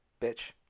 bitch